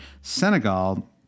Senegal